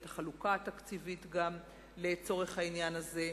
יש לי כאן החלוקה התקציבית גם לצורך העניין הזה.